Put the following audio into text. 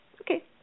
Okay